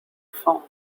phone